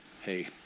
Hey